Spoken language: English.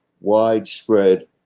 widespread